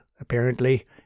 Apparently